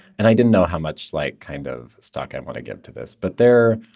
and i didn't know how much like kind of stuck i want to get to this. but there,